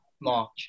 March